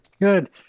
Good